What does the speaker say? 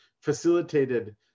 facilitated